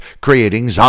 creating